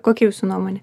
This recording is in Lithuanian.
kokia jūsų nuomonė